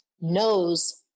knows